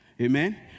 Amen